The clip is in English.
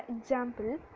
Example